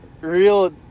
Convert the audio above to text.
real